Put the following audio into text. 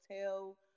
tell